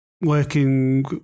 working